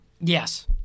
Yes